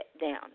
down